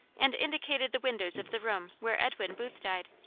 and indicated the windows of the room where edwin booth died.